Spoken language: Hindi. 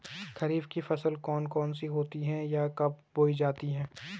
खरीफ की फसल कौन कौन सी होती हैं यह कब बोई जाती हैं?